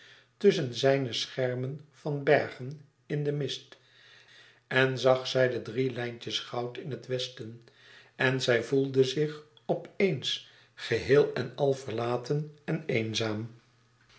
tusschen zijne schermen van bergen in den mist en zag zij de drie lijntjes goud in het westen en zij voelde zich op eens geheel en al verlaten en eenzaam